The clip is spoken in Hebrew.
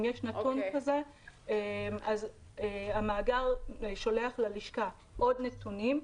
אם יש נתון כזה אז המאגר שולח ללשכה עוד נתונים,